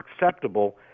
acceptable